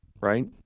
right